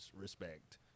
respect